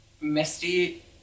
Misty